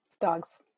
Dogs